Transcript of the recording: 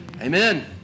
amen